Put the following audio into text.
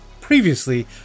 previously